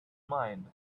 mind